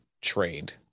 trade